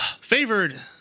favored